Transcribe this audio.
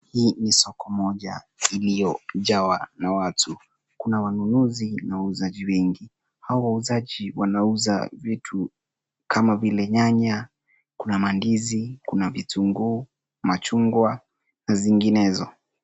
Hii ni soko moja iliyojawa na watu. Kuna wanunuzi na wauzaji wengi. Hao wauzaji, wanauza vitu kama vile nyanya, kuna mandizi, kuna vitunguu, machungwa na zinginezo.